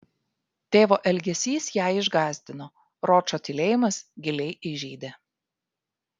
tėvo elgesys ją išgąsdino ročo tylėjimas giliai įžeidė